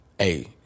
Hey